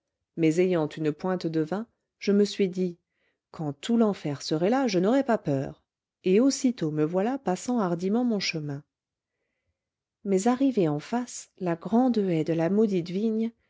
mais ayant une pointe de vin je me suis dit quand tout l'enfer serait là je n'aurais pas peur et aussitôt me voilà passant hardiment mon chemin mais arrivé en face la grande haie de la maudite vigne